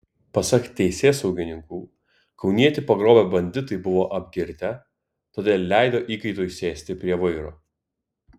pasak teisėsaugininkų kaunietį pagrobę banditai buvo apgirtę todėl leido įkaitui sėsti prie vairo